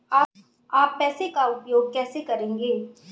आप पैसे का उपयोग कैसे करेंगे?